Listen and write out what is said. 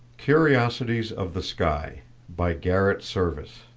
curiosities of the sky by garrett serviss